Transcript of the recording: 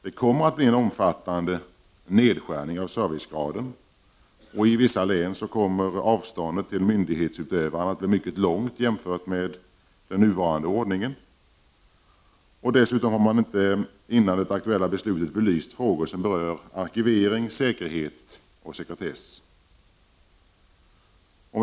Det kommer att bli en omfattande nedskärning av servicegraden, och i vissa län kommer avståndet till myndighetsutövarna att bli mycket långt jämfört med den nuvarande ordningen. Frågor som berör arkivering, säkerhet och sekretess har inte heller belysts före det aktuella beslutet.